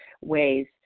ways